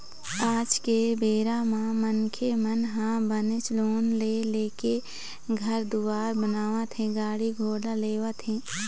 आज के बेरा म मनखे मन ह बनेच लोन ले लेके घर दुवार बनावत हे गाड़ी घोड़ा लेवत हें